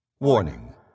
Warning